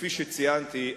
כפי שציינתי,